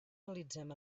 analitzem